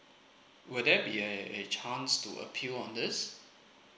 will there be a a chance to appeal on this